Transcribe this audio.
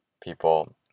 People